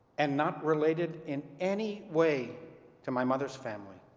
and not related in any way to my mother's family,